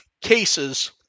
cases